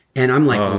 and i'm like,